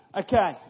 Okay